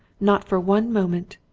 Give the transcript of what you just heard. not for one moment!